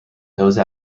those